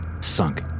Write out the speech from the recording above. sunk